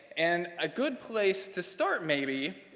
and a good place to start maybe,